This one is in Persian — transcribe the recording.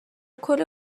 کلی